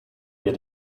wir